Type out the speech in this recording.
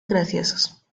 graciosos